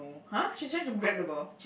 !huh! she's trying to grab the ball